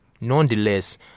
Nonetheless